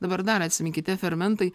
dabar dar atsiminkit tie fermentai